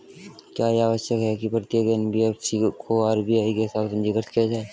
क्या यह आवश्यक है कि प्रत्येक एन.बी.एफ.सी को आर.बी.आई के साथ पंजीकृत किया जाए?